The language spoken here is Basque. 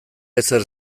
ezer